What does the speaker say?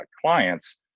clients